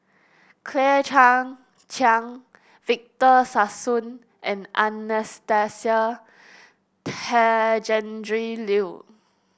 Claire Chiang Chiang Victor Sassoon and Anastasia Tjendri Liew